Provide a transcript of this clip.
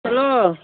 hello